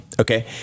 okay